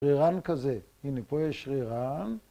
‫שרירן כזה. הנה, פה יש שרירן.